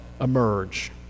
emerge